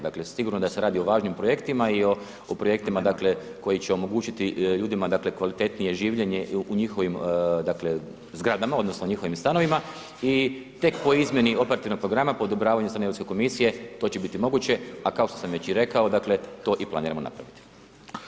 Dakle, sigurno da se radi o važnim projektima i o projektima, dakle, koji će omogućiti ljudima, dakle, kvalitetnije življenje u njihovim, dakle, zgradama odnosno njihovim stanovima i tek po izmjeni operativnog programa po odobravanju od strane Europske komisije to će biti moguće, a kao što sam već i rekao, dakle, to i planiramo napraviti.